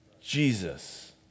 Jesus